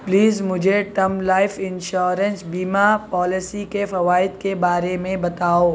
please مجھے term life insurance بیمہ policy کے فوائد کے بارے میں بتاؤ